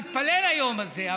מתפלל ליום הזה,